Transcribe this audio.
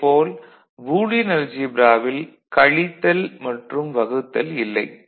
அதே போல் பூலியன் அல்ஜீப்ராவில் கழித்தல் மற்றும் வகுத்தல் இல்லை